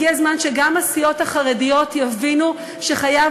הגיע הזמן שגם הסיעות החרדיות יבינו שחייב